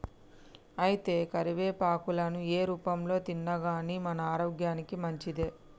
అయితే కరివేపాకులను ఏ రూపంలో తిన్నాగానీ మన ఆరోగ్యానికి మంచిదే